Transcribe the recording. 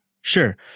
sure